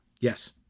Yes